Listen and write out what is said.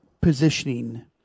positioning